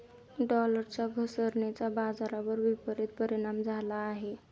डॉलरच्या घसरणीचा बाजारावर विपरीत परिणाम झाला आहे